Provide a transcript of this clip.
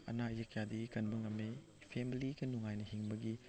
ꯑꯅꯥ ꯑꯌꯦꯛ ꯀꯌꯥꯗꯒꯤ ꯀꯟꯕ ꯉꯝꯃꯤ ꯐꯦꯃꯤꯂꯤꯒ ꯅꯨꯡꯉꯥꯏꯅ ꯍꯤꯡꯕꯒꯤ